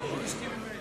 רבותי השרים,